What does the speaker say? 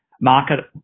market